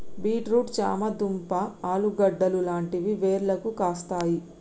beet root చామ దుంప ఆలుగడ్డలు లాంటివి వేర్లకు కాస్తాయి